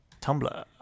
Tumblr